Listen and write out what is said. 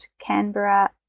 Canberra